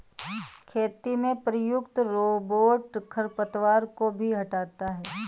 खेती में प्रयुक्त रोबोट खरपतवार को भी हँटाता है